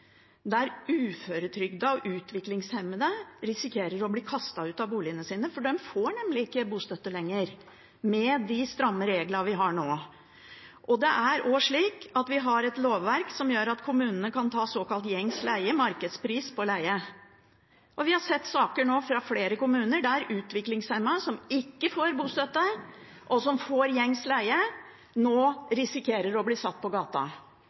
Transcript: der uføretrygdede og utviklingshemmede risikerer å bli kastet ut av boligene sine, for de får nemlig ikke bostøtte lenger med de stramme reglene vi har nå. Vi har også et lovverk som gjør at kommunene kan ta såkalt gjengs leie, markedspris på leie. Vi har sett saker nå i flere kommuner der utviklingshemmede som ikke får bostøtte, og som får gjengs leie, risikerer å bli satt på gata.